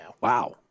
Wow